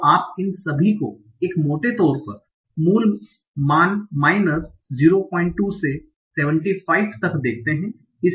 तो आप इन सभी को एक मोटे तौर पर मूल मान माइनस 02 से 75 तक देखते हैं